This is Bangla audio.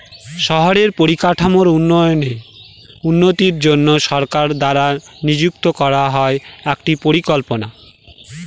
শহরের পরিকাঠামোর উন্নতির জন্য সরকার দ্বারা নিযুক্ত করা হয় একটি পরিকল্পনা